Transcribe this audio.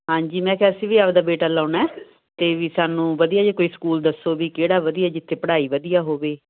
ਹਾਂਜੀ ਮੈਂ ਕਿਹਾ ਅਸੀਂ ਵੀ ਆਪਣਾ ਬੇਟਾ ਲਗਾਉਣਾ ਹੈ ਅਤੇ ਵੀ ਸਾਨੂੰ ਵਧੀਆ ਜਿਹੇ ਕੋਈ ਸਕੂਲ ਦੱਸੋ ਵੀ ਕਿਹੜਾ ਵਧੀਆ ਜਿੱਥੇ ਪੜ੍ਹਾਈ ਵਧੀਆ ਹੋਵੇ